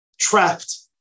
trapped